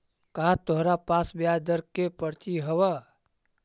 का तोरा पास ब्याज दर के पर्ची हवअ